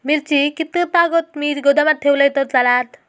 मिरची कीततागत मी गोदामात ठेवलंय तर चालात?